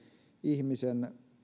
ihmisen